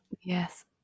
Yes